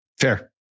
Fair